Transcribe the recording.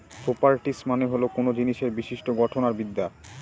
properties মানে হল কোনো জিনিসের বিশিষ্ট্য গঠন আর বিদ্যা